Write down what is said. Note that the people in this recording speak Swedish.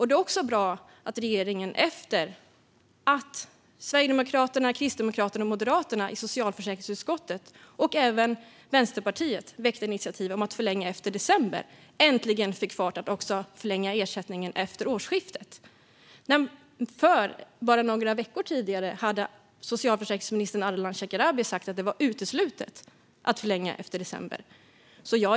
Det är bra att regeringen efter att Sverigedemokraterna, Kristdemokraterna och Moderaterna samt även Vänsterpartiet i socialförsäkringsutskottet väckte ett initiativ om att förlänga efter december äntligen fick fart med att förlänga ersättningen till efter årsskiftet. Bara några veckor tidigare hade socialförsäkringsminister Ardalan Shekarabi sagt att det var uteslutet att förlänga efter december.